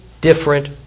different